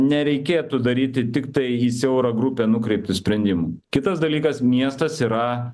nereikėtų daryti tiktai į siaurą grupę nukreiptų sprendimų kitas dalykas miestas yra